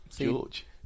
George